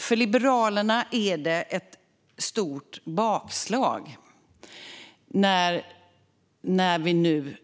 För Liberalerna är det ett stort bakslag när vi